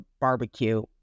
barbecue